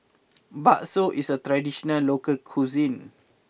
Bakso is a traditional local cuisine